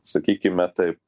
sakykime taip